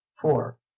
four